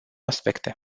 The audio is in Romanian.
aspecte